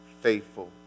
faithful